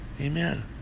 Amen